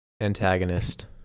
antagonist